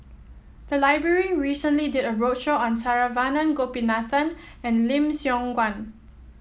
the library recently did a roadshow on Saravanan Gopinathan and Lim Siong Guan